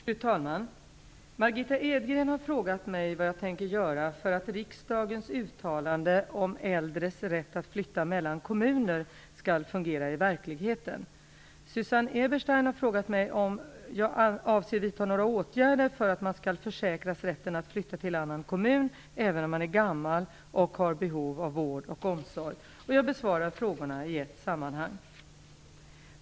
Fru talman! Margitta Edgren har frågat mig vad jag tänker göra för att riksdagens uttalande om äldres rätt att flytta mellan kommuner skall fungera i verkligheten. Susanne Eberstein har frågat mig om jag avser att vidta några åtgärder för att man skall försäkras rätten att flytta till annan kommun även om man är gammal och har behov av vård och omsorg. Jag besvarar frågorna i ett sammanhang.